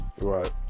Right